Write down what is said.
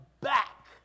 back